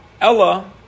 Ella